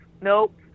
nope